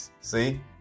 See